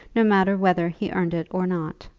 no matter whether he earned it or not,